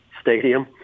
stadium